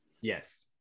Yes